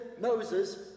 Moses